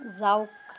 যাওক